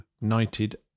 United